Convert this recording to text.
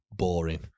boring